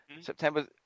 September